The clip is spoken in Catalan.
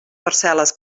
parcel·les